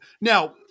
Now